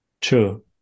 True